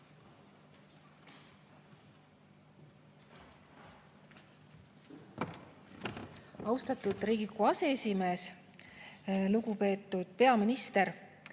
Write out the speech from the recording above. Austatud Riigikogu aseesimees! Lugupeetud peaminister!